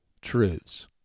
truths